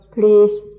please